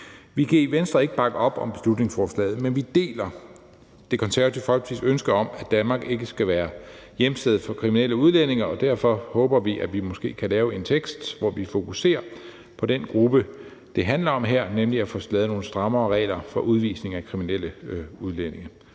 Vi kan i Venstre ikke bakke op om beslutningsforslaget, men vi deler Det Konservative Folkepartis ønske om, at Danmark ikke skal være hjemsted for kriminelle udlændinge, og derfor håber vi, at vi måske kan lave en tekst, hvor vi fokuserer på den gruppe, det handler om her, så vi kan få lavet nogle strammere regler for udvisning af kriminelle udlændinge.